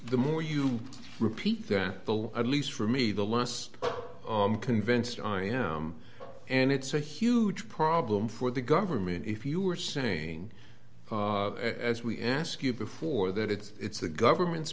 the more you repeat the law at least for me the less convinced i am and it's a huge problem for the government if you are saying as we ask you before that it's the government's